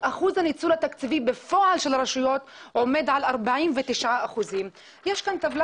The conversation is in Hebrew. אחוז הניצול התקציבי בפועל של הרשויות עומד על 49%. יש כאן טבלה